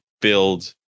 Build